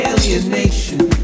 Alienation